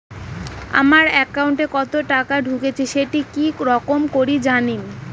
আমার একাউন্টে কতো টাকা ঢুকেছে সেটা কি রকম করি জানিম?